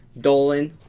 dolan